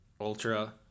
Ultra